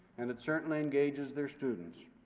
and it certainly engages their students,